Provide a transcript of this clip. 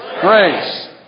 grace